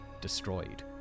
destroyed